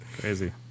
Crazy